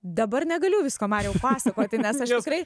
dabar negaliu visko mažiau pasakoti nes aš tikrai